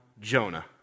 Jonah